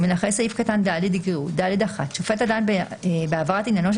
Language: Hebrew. אחרי סעיף קטן (ד) יקראו: "(ד1)שופט הדן בהעברת עניינו של